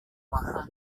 mahal